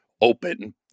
open